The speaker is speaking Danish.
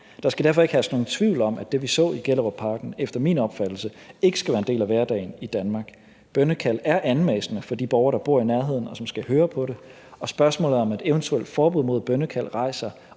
Der skal derfor ikke herske nogen tvivl om, at det, vi så i Gellerupparken, efter min opfattelse ikke skal være en del af hverdagen i Danmark. Bønnekald er anmassende for de borgere, der bor i nærheden, og som skal høre på det. Og spørgsmålet om et eventuelt forbud mod bønnekald rejser